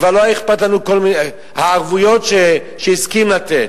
כבר לא היה אכפת לנו הערבויות שהסכים לתת,